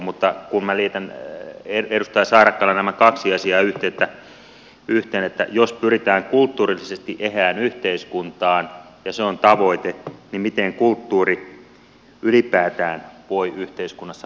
mutta kun minä liitän edustaja saarakkala nämä kaksi asiaa yhteen että jos pyritään kulttuurillisesti eheään yhteiskuntaan ja se on tavoite niin miten kulttuuri ylipäätään voi yhteiskunnassa muuttua